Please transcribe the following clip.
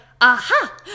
aha